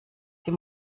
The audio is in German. die